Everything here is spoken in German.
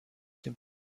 dem